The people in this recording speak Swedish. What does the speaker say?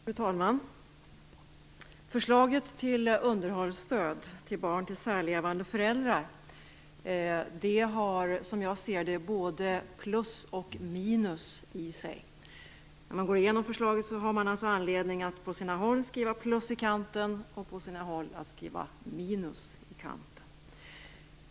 Fru talman! Förslaget om underhållsstöd till barn till särlevande föräldrar har som jag ser det både plus och minus i sig. När man går igenom förslaget har man alltså anledning att på sina håll skriva plus i kanten och på sina håll minus.